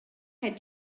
had